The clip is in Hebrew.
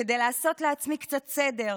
כדי לעשות לעצמי קצת סדר,